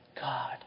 God